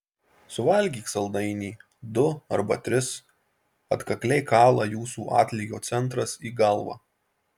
suvalgyk saldainį du arba tris atkakliai kala jūsų atlygio centras į galvą